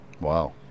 Wow